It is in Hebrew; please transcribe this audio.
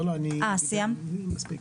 לא, לא אני סיימתי, מספיק.